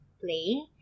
play